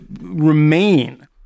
remain